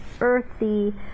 earthy